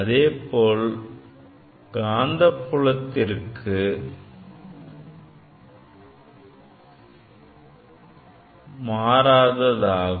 அதேபோல் இது காந்தப்புலத்திற்கும் மாறாததாகும்